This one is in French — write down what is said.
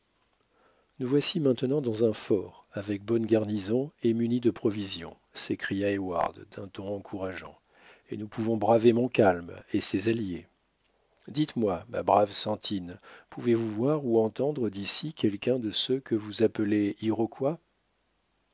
nous voici maintenant dans un fort avec bonne garnison et munis de provisions s'écria heyward d'un ton encourageant et nous pouvons braver montcalm et ses alliés ditesmoi ma brave sentine pouvez-vous voir ou entendre d'ici quelqu'un de ceux que vous appelez